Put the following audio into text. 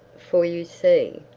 for you see,